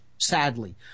Sadly